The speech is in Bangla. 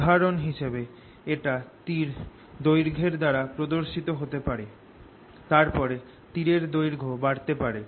উদাহরন হিসেবে এটা তীর দৈর্ঘ্যের দ্বারা প্রদর্শিত হতে পারে তারপরে তীর এর দৈর্ঘ্য বাড়তে পারে